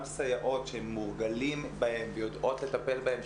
סייעות שהם מורגלים אליהן ויודעות לטפל בהם,